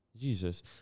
Jesus